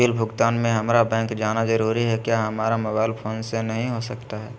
Bill भुगतान में हम्मारा बैंक जाना जरूर है क्या हमारा मोबाइल फोन से नहीं हो सकता है?